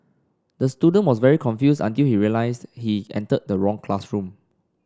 the student was very confused until he realised he entered the wrong classroom